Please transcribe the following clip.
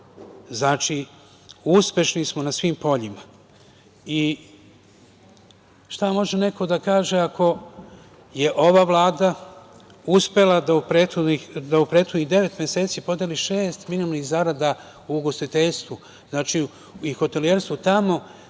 Znači, uspešni smo na svim poljima. Šta može neko da kaže ako je ova Vlada uspela da u prethodnih devet meseci podeli šest minimalnih zarada ugostiteljstvu, hotelijerstvu, tamo